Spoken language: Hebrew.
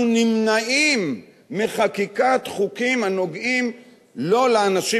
נמנעים מחקיקת חוקים הנוגעים לא לאנשים,